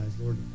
Lord